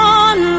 on